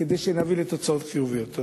כדי להביא לתוצאות חיוביות.